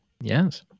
Yes